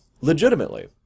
legitimately